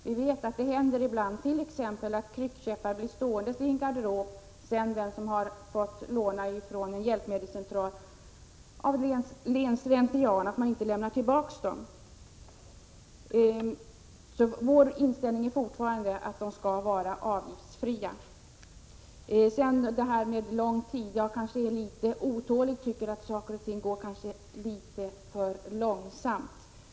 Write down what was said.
Vi vet att det händer ibland att kryckkäppar — lånade från en hjälpmedelscentral — av ren slentrian blir stående i en garderob i stället för att lämnas tillbaka till hjälpmedelscentralen. Vår inställning är alltså fortfarande att handikapphjälpmedlen skall vara avgiftsfria. Vad gäller frågan om utredningstidens längd är jag väl litet otålig och tycker att saker och ting går något för långsamt.